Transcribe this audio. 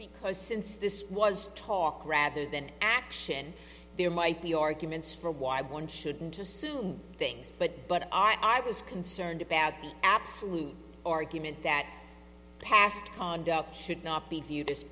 because since this was talk rather than action there might be arguments for why one shouldn't assume things but but i was concerned about the absolute argument that past conduct should not be viewed as